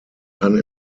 kann